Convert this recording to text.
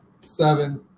seven